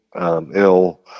ill